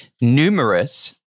numerous